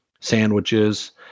sandwiches